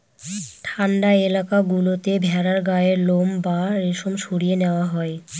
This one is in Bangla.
ঠান্ডা এলাকা গুলোতে ভেড়ার গায়ের লোম বা রেশম সরিয়ে নেওয়া হয়